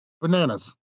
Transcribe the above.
Bananas